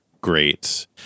great